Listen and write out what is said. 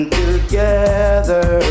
together